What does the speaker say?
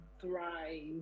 Thrive